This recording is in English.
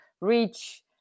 reach